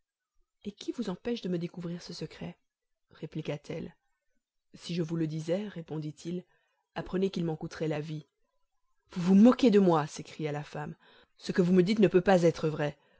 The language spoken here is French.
et qui vous empêche de me découvrir ce secret répliqua-t-elle si je vous le disais répondit-il apprenez qu'il m'en coûterait la vie vous vous moquez de moi s'écria la femme ce que vous me dites ne peut pas être vrai